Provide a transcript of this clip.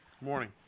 Morning